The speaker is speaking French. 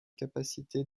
capacité